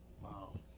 Wow